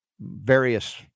various